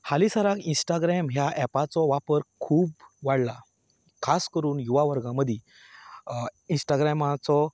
हालीसराक Instagram ह्या ऍपाचो वापर खूब वाडला खास करून युवा वर्गा मदीं इंस्टाग्रामाचो